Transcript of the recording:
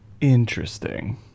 Interesting